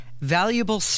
valuable